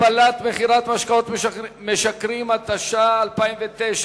הגבלה על מכירת משקאות משכרים בתחנות תדלוק ובבתי-עסק